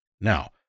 Now